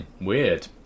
weird